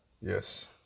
Yes